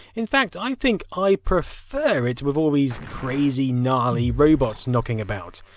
in fact, i think i prefer it with all these crazy knarly robots knocking about.